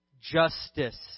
justice